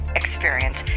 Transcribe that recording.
experience